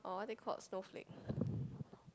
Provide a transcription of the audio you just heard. or what is it called snowflake